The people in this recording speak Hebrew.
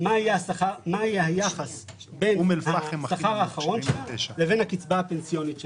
מה יהיה היחס בין השכר האחרון שלה לבין הקצבה הפנסיונית שלה.